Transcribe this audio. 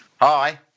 Hi